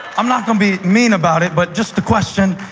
i'm not going to be mean about it, but just a question.